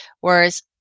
Whereas